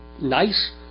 nice